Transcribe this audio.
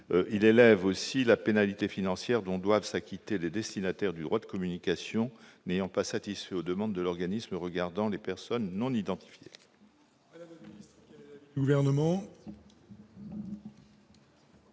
de relever la pénalité financière dont doivent s'acquitter les destinataires du droit de communication n'ayant pas satisfait aux demandes de l'organisme concernant des personnes non identifiées.